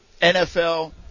NFL